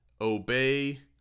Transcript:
obey